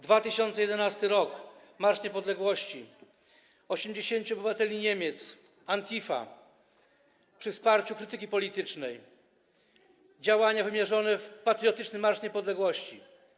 2011 r., Marsz Niepodległości, 80 obywateli Niemiec, Antifa, przy wsparciu Krytyki Politycznej podejmuje działania wymierzone w patriotyczny marsz niepodległości.